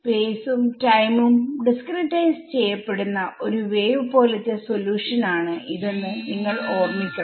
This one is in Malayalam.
സ്പേസും ടൈമും ഡിസ്ക്രിടൈസ് ചെയ്യപ്പെടുന്ന ഒരു വേവ് പോലത്തെ സൊല്യൂഷൻ ആണ് ഇതെന്ന് നിങ്ങൾ ഓർമിക്കണം